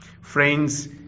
Friends